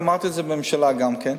ואמרתי את זה בממשלה גם כן,